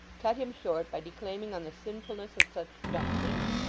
cut him short by declaiming on the sinfulness of such junketings,